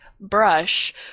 brush